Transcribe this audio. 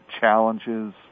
challenges